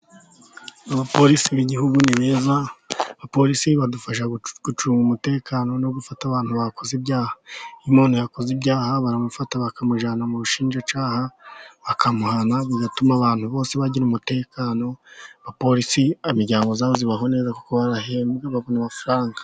Abapolisi b'igihugu ni beza, abapolisi badufasha gucunga umutekano no gufata abantu bakoze ibyaha, iyo umuntu yakoze ibyaha baramufata bakamujyana mu bushinjacyaha bakamuhana, bigatuma abantu bose bagira umutekano. Abapolisi imiryango yabo ibaho neza kuko barahembwa babona amafaranga.